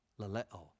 Laleo